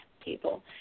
people